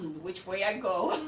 which way i go?